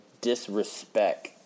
disrespect